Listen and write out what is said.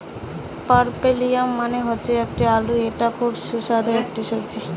পার্পেলিয়াম মানে হচ্ছে গাছ আলু এটা খুব সুস্বাদু একটা সবজি